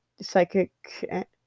Psychic